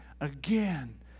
Again